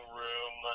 room